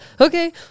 okay